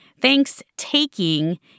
Thanks-taking